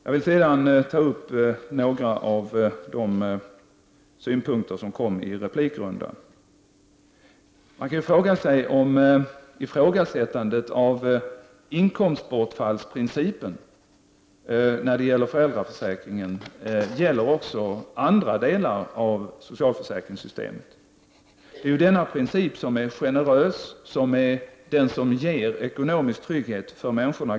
Jag vill sedan ta upp några av de synpunkter som framfördes i replikrundan. Man kan ifrågasätta om inkomstbortfallsprincipen i föräldraförsäkringen gäller också andra delar av socialförsäkringssystemet. Den principen är generös och ger ekonomisk trygghet för människorna.